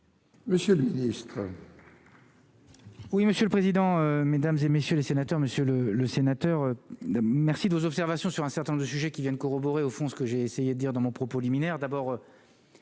Monsieur le ministre.